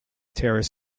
terrace